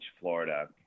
Florida